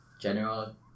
general